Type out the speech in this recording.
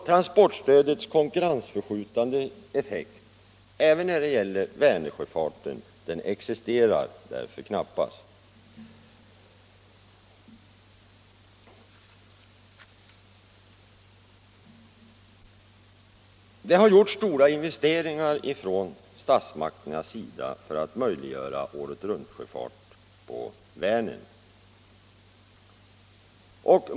Transportstödets konkurrensförskjutande effekt i fråga om Vänersjöfarten existerar därför knappast. Det har gjorts stora investeringar från statsmakternas sida för att möjliggöra åretruntsjöfart på Vänern.